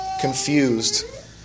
confused